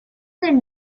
del